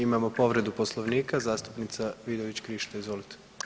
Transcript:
Imamo povredu Poslovnika, zastupnica Vidović Krišto, izvolite.